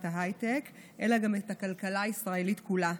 ההייטק אלא גם את הכלכלה הישראלית כולה.